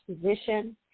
position